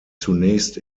zunächst